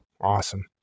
Awesome